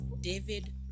David